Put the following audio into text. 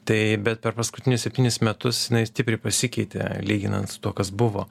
tai bet per paskutinius septynis metus stipriai pasikeitė lyginant su tuo kas buvo